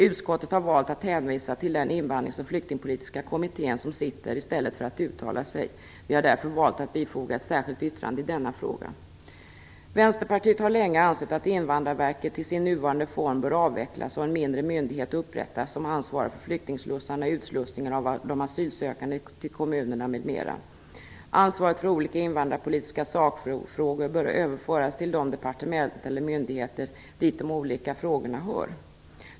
Utskottet har valt att hänvisa till den sittande invandrings och flyktingpolitiska kommittén i stället för att uttala sig. Vi har därför valt att bifoga ett särskilt yttrande i denna fråga. Vänsterpartiet har länge ansett att Invandrarverket i dess nuvarande form bör avvecklas och en mindre myndighet upprättas som ansvarar för flyktingslussarna, utslussningen av de asylsökande till kommunerna, m.m. Ansvaret för olika invandrarpolitiska sakfrågor bör överföras till de departement eller myndigheter dit de olika frågorna hör.